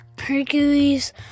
Hercules